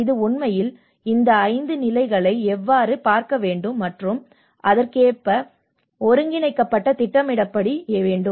இது உண்மையில் இந்த 5 நிலைகளை எவ்வாறு பார்க்க வேண்டும் மற்றும் அதற்கேற்ப ஒருங்கிணைக்கப்பட்டு திட்டமிடப்பட வேண்டும்